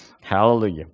Hallelujah